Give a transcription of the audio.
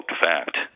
fact